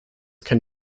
can